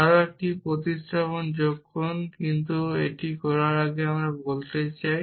আরও একটি প্রতিস্থাপন যোগ করুন কিন্তু এটি করার আগে আমি করতে চাই